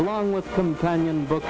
along with some time in bo